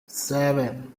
seven